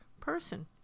person